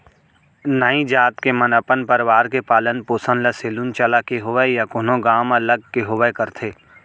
नाई जात के मन अपन परवार के पालन पोसन ल सेलून चलाके होवय या कोनो गाँव म लग के होवय करथे